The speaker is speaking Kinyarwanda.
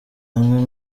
hamwe